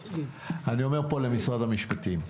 אני אומר פה למשרד המשפטים.